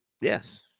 Yes